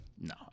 No